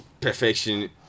perfection